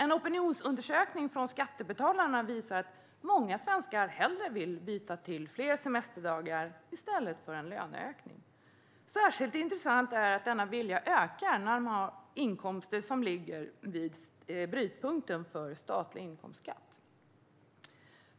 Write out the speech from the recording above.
En opinionsundersökning från Skattebetalarna visar att många svenskar hellre vill byta till fler semesterdagar i stället för en löneökning. Särskilt intressant är att denna vilja ökar när man har inkomster som ligger vid brytpunkten för statlig inkomstskatt.